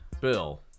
Bill